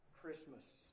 Christmas